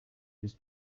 his